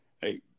Hey